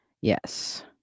Yes